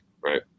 Right